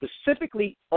specifically